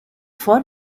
for